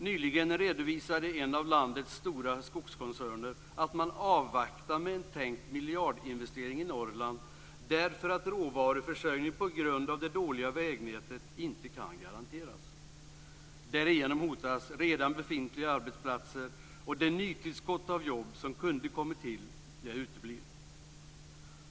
Nyligen redovisade en av landets stora skogskoncerner att man avvaktar med en tänkt miljardinvestering i Norrland, därför att råvaruförsörjningen på grund av det dåliga vägnätet inte kan garanteras. Därigenom hotas redan befintliga arbetsplatser, och det nytillskott av jobb som kunde kommit till uteblir.